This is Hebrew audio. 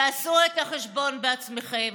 תעשו את החשבון בעצמכם.